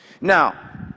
now